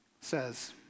says